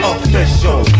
Official